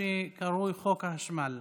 מה שקרוי "חוק החשמל".